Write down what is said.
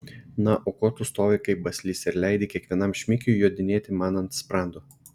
na o ko tu stovi kaip baslys ir leidi kiekvienam šmikiui jodinėti man ant sprando